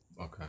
Okay